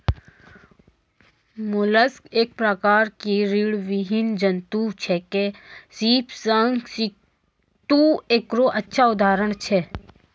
mollusc एक प्रकार के रीड़विहीन जंतु छेकै, सीप, शंख, सित्तु एकरो अच्छा उदाहरण छै